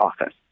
office